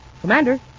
Commander